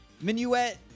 Minuet